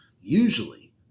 usually